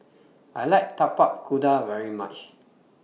I like Tapak Kuda very much